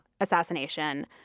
assassination